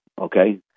okay